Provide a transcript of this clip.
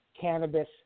cannabis